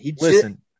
Listen